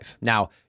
Now